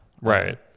Right